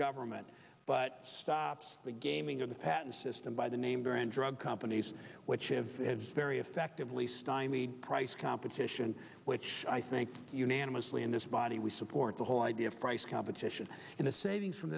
government but stops the game the patent system by the name brand drug companies which have very effectively stymied price competition which i think unanimously in this body we support the whole idea of price competition and a savings from